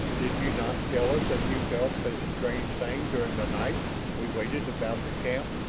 did you not tell us that you felt this strange thing during the night we waited about the camp?